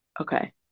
Okay